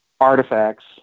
artifacts